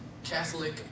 Catholic